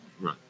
Right